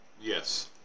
yes